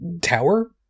tower